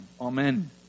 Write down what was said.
amen